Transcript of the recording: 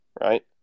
right